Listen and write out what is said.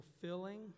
fulfilling